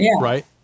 right